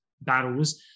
battles